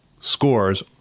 scores